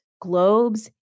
globes